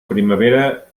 primavera